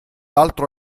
altro